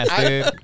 dude